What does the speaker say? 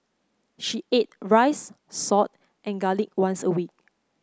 she ate rice salt and garlic once a week